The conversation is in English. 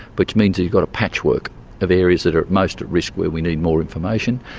which means you've got a patchwork of areas that are most at risk where we need more information,